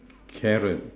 carrot